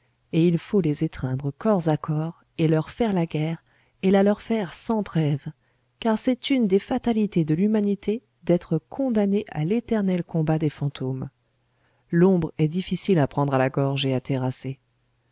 et il faut les étreindre corps à corps et leur faire la guerre et la leur faire sans trêve car c'est une des fatalités de l'humanité d'être condamnée à l'éternel combat des fantômes l'ombre est difficile à prendre à la gorge et à terrasser